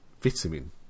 vitamin